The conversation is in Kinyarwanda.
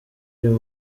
uyu